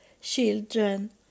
children